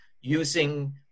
using